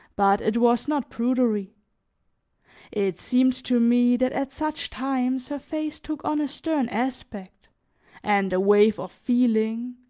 but it was not prudery it seemed to me that at such times her face took on a stern aspect and a wave of feeling,